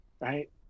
Right